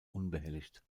unbehelligt